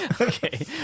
Okay